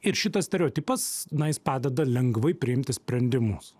ir šitas stereotipas na jis padeda lengvai priimti sprendimus